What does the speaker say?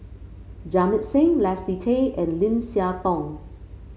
Jamit Singh Leslie Tay and Lim Siah Tong